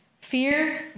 Fear